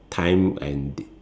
time and the